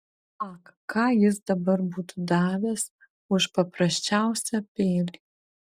ak ką jis dabar būtų davęs už paprasčiausią peilį